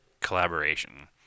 collaboration